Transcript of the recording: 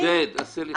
עודד, עשה לי טובה.